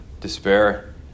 despair